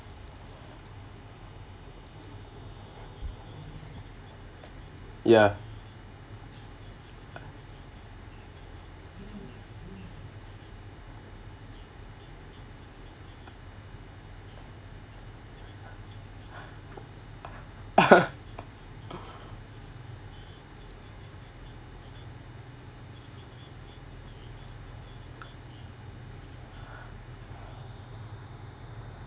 ya